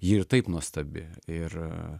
ji ir taip nuostabi ir